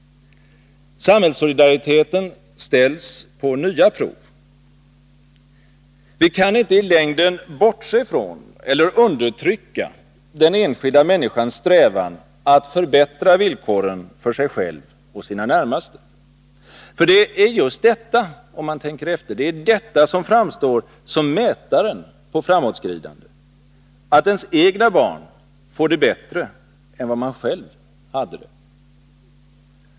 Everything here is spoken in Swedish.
Samhällssolidariteten ställs på nya prov. Vi kan inte i längden bortse från eller undertrycka den enskilda människans strävan att förbättra villkoren för sig själv och sina närmaste. För om man tänker efter ser man att det är just detta som framstår som mätaren på framåtskridande: att ens egna barn får det bättre än vad man själv hade det.